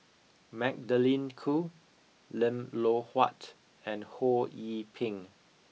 Magdalene Khoo Lim Loh Huat and Ho Yee Ping